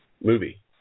movie